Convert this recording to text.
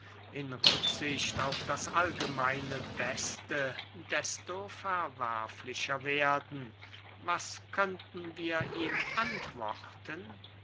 in rücksicht auf das allgemeine beste desto verwerflicher werden was könnten wir ihm antworten